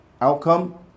outcome